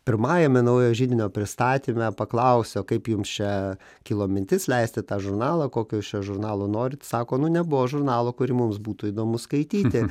pirmajame naujojo židinio pristatyme paklausiau kaip jums čia kilo mintis leisti tą žurnalą kokio jūs čia žurnalo norit sako nu nebuvo žurnalo kurį mums būtų įdomu skaityti